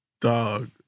dog